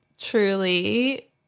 truly